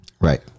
Right